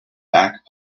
back